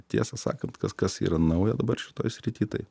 tiesą sakant kas kas yra naujo dabar šitoj srity tai